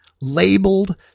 labeled